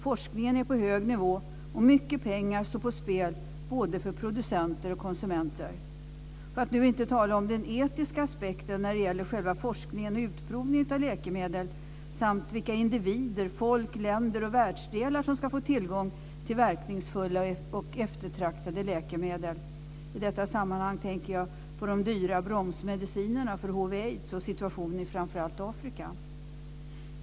Forskningen är på hög nivå, och mycket pengar står på spel både för producenter och konsumenter, för att nu inte tala om den etiska aspekten när det gäller själva forskningen och utprovningen av läkemedel samt vilka individer, folk, länder och världsdelar som ska få tillgång till verkningsfulla och eftertraktade läkemedel. I detta sammanhang tänker jag på de dyra bromsmedicinerna för hiv/aids och situationen i framför allt Afrika.